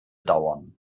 dauern